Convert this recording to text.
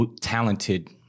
talented